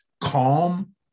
calm